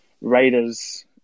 Raiders